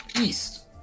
east